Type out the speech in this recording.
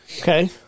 okay